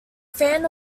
fan